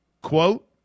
quote